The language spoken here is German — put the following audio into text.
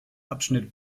abschnitt